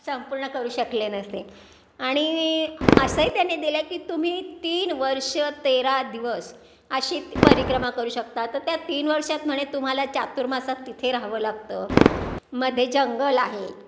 संपूर्ण करू शकले नसते आणि असंही त्यांनी दिलं आहे की तुम्ही तीन वर्ष तेरा दिवस अशी परिक्रमा करू शकता तर त्या तीन वर्षांत म्हणे तुम्हाला चातुर्मासात तिथे राहावं लागतं मध्ये जंगल आहे